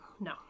No